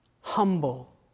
humble